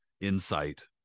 insight